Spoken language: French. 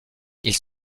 ils